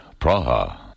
Praha